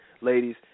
ladies